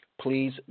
please